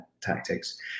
tactics